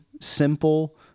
simple